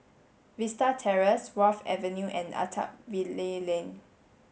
Vista Terrace Wharf Avenue and Attap Valley Lane